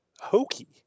hokey